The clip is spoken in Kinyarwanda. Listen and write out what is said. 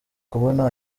kubona